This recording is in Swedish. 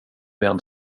vän